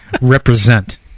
Represent